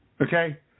Okay